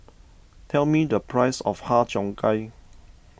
tell me the price of Har Cheong Gai